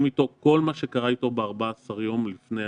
איתו על כל מה שקרה איתו ב-14 יום לפני